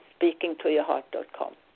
speakingtoyourheart.com